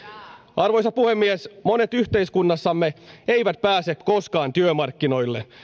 arvoisa puhemies monet yhteiskunnassamme eivät pääse koskaan työmarkkinoille